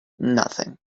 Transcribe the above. nothing